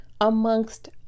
amongst